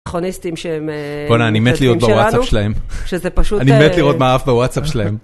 תיכוניסטים שהם חזקים שלנו. בואנה, אני מת לראות בוואטסאפ שלהם. שזה פשוט... אני מת לראות מה עף בוואטסאפ שלהם.